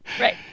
Right